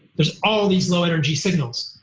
there's all these low energy signals,